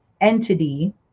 entity